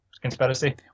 conspiracy